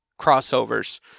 crossovers